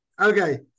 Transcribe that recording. Okay